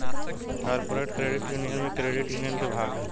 corporate credit union भी credit union के भाग ह